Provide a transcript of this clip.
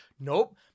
nope